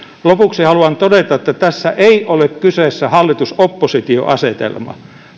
lopuksi haluan todeta että tässä ei ole kyseessä hallitus oppositio asetelma